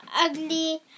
ugly